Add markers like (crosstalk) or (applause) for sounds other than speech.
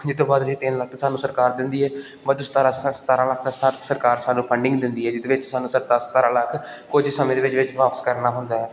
ਜਿਸ ਤੋਂ ਬਾਅਦ ਅਸੀਂ ਤਿੰਨ ਲੱਖ ਸਾਨੂੰ ਸਰਕਾਰ ਦਿੰਦੀ ਹੈ ਬਾਅਦ ਚੋਂ (unintelligible) ਸਤਾਰਾਂ ਲੱਖ ਸਰਕਾਰ ਸਾਨੂੰ ਫੰਡਿੰਗ ਦਿੰਦੀ ਹੈ ਜਿਹਦੇ ਵਿੱਚ ਸਾਨੂੰ ਸਤਾ ਸਤਾਰਾਂ ਲੱਖ ਕੁਝ ਸਮੇਂ ਦੇ ਵਿੱਚ ਵਿੱਚ ਵਾਪਿਸ ਕਰਨਾ ਹੁੰਦਾ ਹੈ